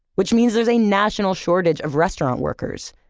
which means there's a national shortage of restaurant workers,